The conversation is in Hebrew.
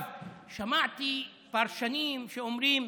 שמעתי פרשנים שאומרים